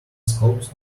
scopes